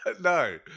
No